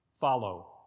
Follow